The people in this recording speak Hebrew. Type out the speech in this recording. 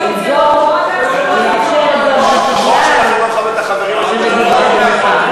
עם זאת, אני מאפשרת זאת, בגלל שמדובר במחאה.